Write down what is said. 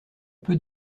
peu